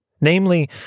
Namely